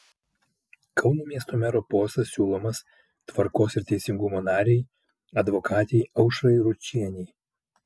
kauno miesto mero postas siūlomas tvarkos ir teisingumo narei advokatei aušrai ručienei